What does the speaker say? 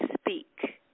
speak